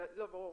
ברור